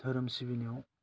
दोहोरोम सिबिनायाव